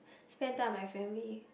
spend time with my family